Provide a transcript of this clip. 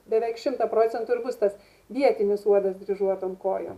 beveik šimtą procentų ir bus tas vietinis uodas dryžuotom kojom